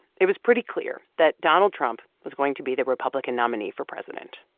it was pretty clear that donald trump was going to be the republican nominee for president.